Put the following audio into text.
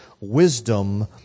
wisdom